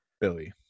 Billy